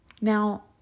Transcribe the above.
Now